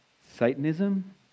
Satanism